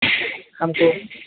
हमको